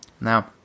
now